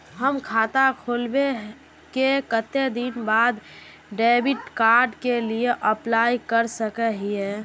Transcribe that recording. हम खाता खोलबे के कते दिन बाद डेबिड कार्ड के लिए अप्लाई कर सके हिये?